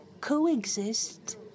coexist